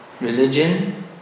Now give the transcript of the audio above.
Religion